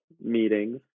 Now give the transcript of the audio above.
meetings